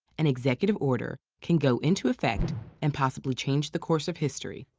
an executive order can go into effect and possibly change the course of history,